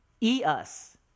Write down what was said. E-Us